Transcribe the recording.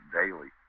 daily